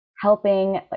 helping